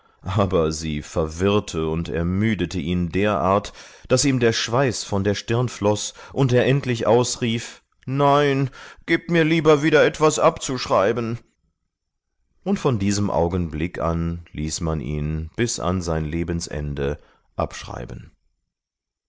aber sie verwirrte und ermüdete ihn derart daß ihm der schweiß von der stirn floß und er endlich ausrief nein gebt mir lieber wieder etwas abzuschreiben und von diesem augenblick an ließ man ihn bis an sein lebensende abschreiben